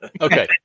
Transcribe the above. Okay